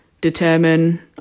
determine